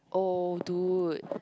oh dude